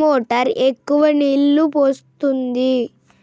Motor ఎక్కువ నీళ్లు పోస్తుంది?